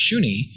shuni